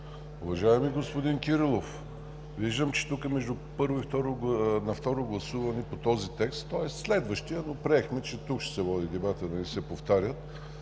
Уважаеми господин Кирилов, виждам, че тук на второ гласуване по този текст, тоест следващия, но приехме, че тук ще се води дебатът, да не се повтаря,